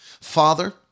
Father